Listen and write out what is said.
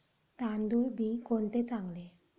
तांदूळ बी कोणते चांगले?